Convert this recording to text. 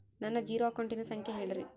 ನನ್ನ ಜೇರೊ ಅಕೌಂಟಿನ ಸಂಖ್ಯೆ ಹೇಳ್ರಿ?